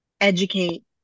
educate